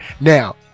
now